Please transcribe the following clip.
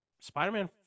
Spider-Man